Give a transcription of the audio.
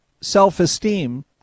self-esteem